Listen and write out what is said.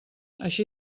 així